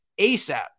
ASAP